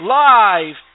live